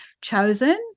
chosen